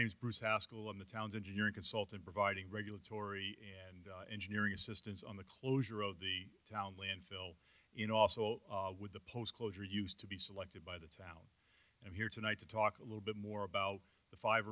evening bruce haskell and the town's engineering consultant providing regulatory and engineering assistance on the closure of the town landfill in also with the post closure used to be selected by the town and here tonight to talk a little bit more about the five